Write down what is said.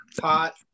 pot